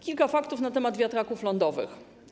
Kilka faktów na temat wiatraków lądowych.